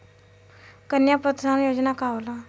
कन्या प्रोत्साहन योजना का होला?